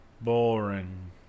Boring